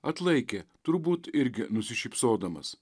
atlaikė turbūt irgi nusišypsodamas